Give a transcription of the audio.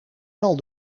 wel